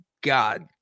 God